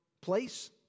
place